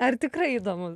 ar tikrai įdomu